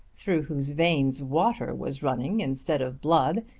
through whose veins water was running instead of blood,